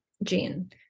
gene